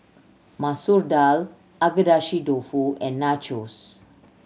Masoor Dal Agedashi Dofu and Nachos